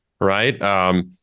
right